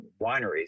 wineries